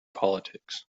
politics